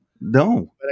No